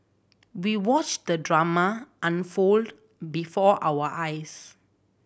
we watched the drama unfold before our eyes